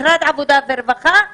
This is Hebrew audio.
משרד העבודה והרווחה,